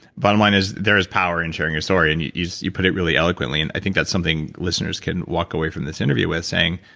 bottom line is, there is power in sharing your story. and you you put it really eloquently, and i think that's something listeners can walk away from this interview with, saying,